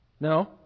No